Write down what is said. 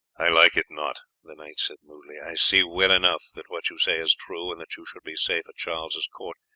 i like it not, the knight said moodily. i see well enough that what you say is true, and that you should be safe at charles's court,